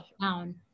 down